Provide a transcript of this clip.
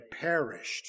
perished